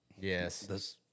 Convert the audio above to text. yes